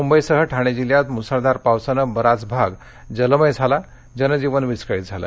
मुंबईसह ठाणे जिल्ह्यात मुसळधार पावसामुळे बराच भाग जलमय झाला होऊन जनजीवन विस्कळित झालं